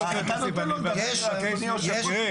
אתה נותן לו לדבר בצורה הזאת --- לא,